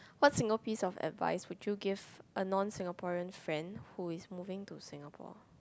what single piece of advice would you give a non Singaporean friend who is moving to Singapore